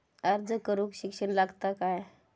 अर्ज करूक शिक्षण लागता काय?